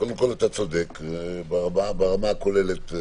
קודם כל, אתה צודק ברמה הכוללת.